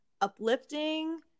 uplifting